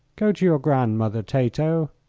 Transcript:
go to your grandmother, tato,